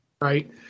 Right